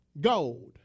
gold